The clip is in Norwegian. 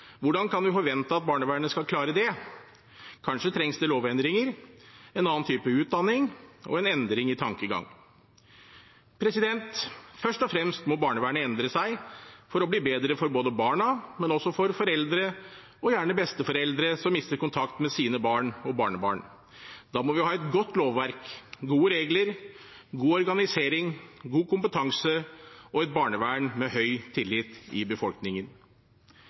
Hvordan kan vi forvente at barnevernet skal klare det? Kanskje trengs det lovendringer, en annen type utdanning og en endring i tankegang? Men først og fremst må barnevernet endre seg for å bli bedre for både barna og også foreldre og gjerne besteforeldre som mister kontakt med sine barn og barnebarn. Da må vi ha et godt lovverk, gode regler, god organisering, god kompetanse og et barnevern med høy tillit i befolkningen.